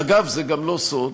אגב, זה לא סוד,